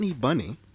bunny